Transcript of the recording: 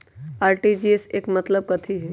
RTGS के मतलब कथी होइ?